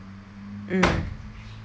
mm